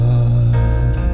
God